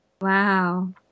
Wow